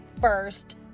first